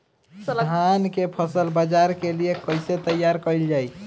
धान के फसल बाजार के लिए कईसे तैयार कइल जाए?